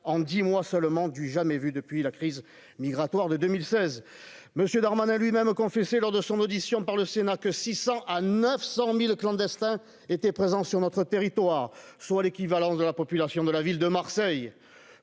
en 10 mois seulement, du jamais vu depuis la crise migratoire de 2016, monsieur Darmanin, lui-même confessé lors de son audition par le Sénat, que 600 à 900000 clandestins étaient présents sur notre territoire, soit l'équivalent de la population de la ville de Marseille